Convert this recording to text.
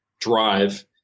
drive